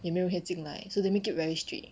也没有人可以进来 so they make it very strict